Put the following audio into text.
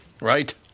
Right